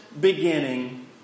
beginning